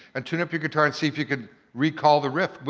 and tune up your guitar and see if you could recall the riff. but